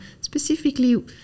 specifically